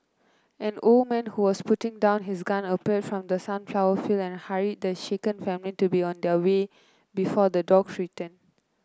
an old man who was putting down his gun appeared from the sunflower fields and hurried the shaken family to be on their way before the dogs return